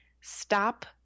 stop